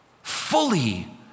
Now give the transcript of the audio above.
Fully